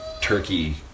Turkey